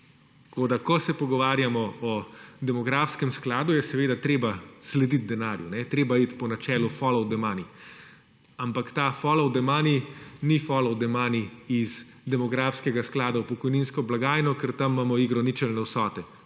ko se pogovarjamo o demografskem skladu je treba slediti denarju, treba je iti po načelu »follow the money«, ampak ta »follow the money« ni »follow the money« iz demografskega sklada v pokojninsko blagajno, ker tam imamo igro ničelne vsote,